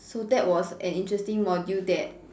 so that was an interesting module that